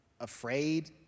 afraid